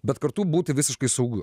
bet kartu būti visiškai saugiu